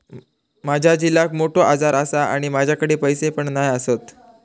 माझ्या झिलाक मोठो आजार आसा आणि माझ्याकडे पैसे पण नाय आसत